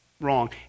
wrong